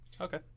Okay